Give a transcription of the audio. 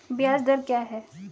ब्याज दर क्या है?